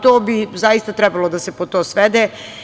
To bi trebalo da se pod to svede.